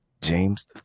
James